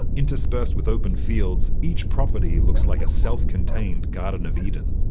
interspersed with open fields, each property looks like a self-contained garden of eden.